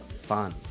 fun